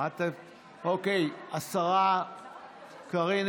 השרה קארין